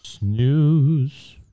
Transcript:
News